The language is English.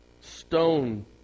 stone